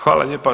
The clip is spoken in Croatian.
Hvala lijepa.